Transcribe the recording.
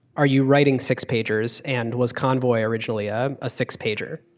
are you writing six pagers and was convoy originally a ah six pager?